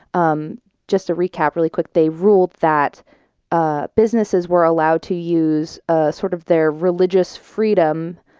um just to recap really quick, they ruled that ah businesses were allowed to use ah sort of their religious freedom,